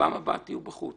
פעם הבאה אתם תהיו בחוץ.